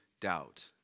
doubt